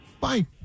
Bye